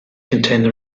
contained